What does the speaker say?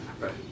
Right